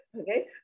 Okay